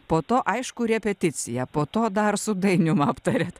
po to aišku repeticiją po to dar su dainiumi aptarėte